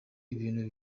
ibintu